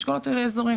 אשכולות אזוריים,